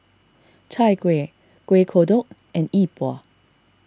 Chai Kuih Kuih Kodok and Yi Bua